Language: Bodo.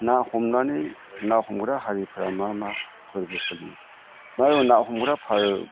ना हमनानै ना हमग्रा हारिफ्रा मा मा फोरबो फालियो ना हमग्राफोर